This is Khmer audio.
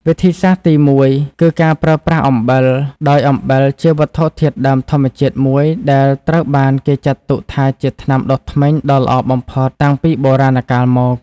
វិធីសាស្រ្តទីមួយគឺការប្រើប្រាស់អំបិល ដោយអំបិលជាវត្ថុធាតុដើមធម្មជាតិមួយដែលត្រូវបានគេចាត់ទុកថាជាថ្នាំដុសធ្មេញដ៏ល្អបំផុតតាំងពីបុរាណកាលមក។